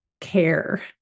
care